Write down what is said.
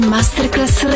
Masterclass